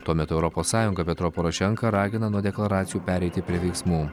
tuo metu europos sąjungą petro porošenką ragina nuo deklaracijų pereiti prie veiksmų